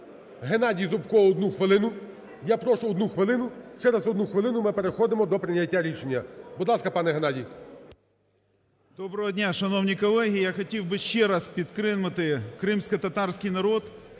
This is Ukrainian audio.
Геннадій Зубко 1 хвилину. Я прошу 1 хвилину, через 1 хвилину ми переходимо до прийняття рішення. Будь ласка, пане Геннадій. 16:31:55 ЗУБКО Г.Г. Доброго дня, шановні колеги. Я хотів би ще раз підтримати кримськотатарський народ